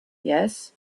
yes